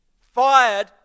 Fired